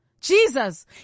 jesus